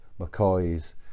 mccoy's